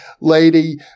lady